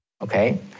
okay